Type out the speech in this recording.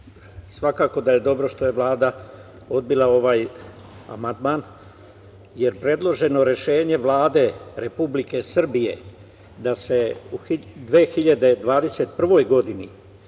svakako da je dobro što je Vlada odbila ovaj amandman jer predloženo rešenje Vlade Republike Srbije da se u 2021. godini